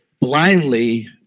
blindly